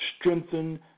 strengthen